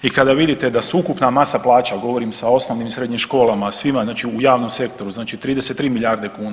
I kada vidite da su ukupna masa plaća, govorim sa osnovnim i srednjim školama, svima znači u javnom sektoru, znači 33 milijarde kuna.